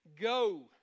go